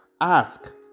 ask